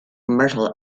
myrtle